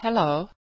Hello